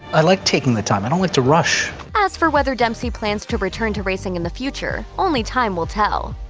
i like taking the time i don't like to rush. as for whether dempsey plans to return to racing in the future, only time will tell.